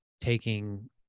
taking